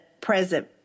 present